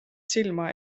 silma